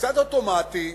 קצת אוטומטי,